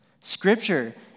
Scripture